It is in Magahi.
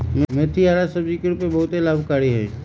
मेथी हरा सब्जी के रूप में बहुत लाभकारी हई